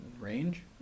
range